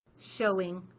showing